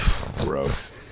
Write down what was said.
Gross